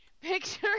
Picture